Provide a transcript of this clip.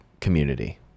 community